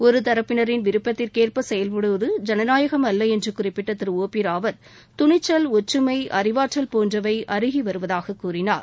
ஒருதரப்பினரின் விருப்பத்திற்கேற்ப செயல்படுவது ஜனநாயகம் அல்ல என்று குறிப்பிட்ட ஓ பி ராவத் துணிச்சல் ஒற்றுமை அறிவாற்றல் போன்றவை அருகி வருவதாக கூறினார்